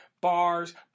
bars